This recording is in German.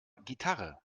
gitarre